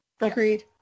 Agreed